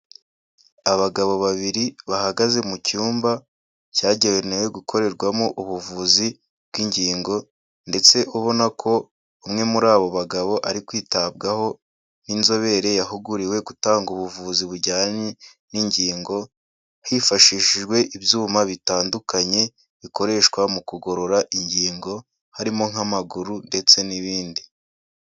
Abagabo babiri bahagaze mu cyumba cyagenewe gukorerwamo ubuvuzi bw'ingingo ndetse ubona ko umwe muri abo bagabo ari kwitabwaho n'inzobere yahuguriwe gutanga ubuvuzi bujyanye n'ingingo, hifashishijwe ibyuma bitandukanye bikoreshwa mu kugorora ingingo harimo nk'amaguru ndetse n'ibindi.